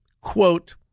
quote